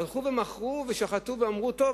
הלכו ומכרו ושחטו ואמרו: טוב,